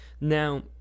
Now